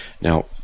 Now